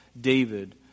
David